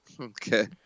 Okay